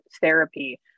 therapy